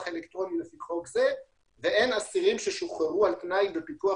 אלקטרוני לפי חוק זה והן אסירים ששוחררו על תנאי בפיקוח